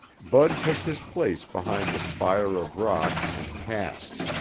bud took his place behind the spire of rock and cast.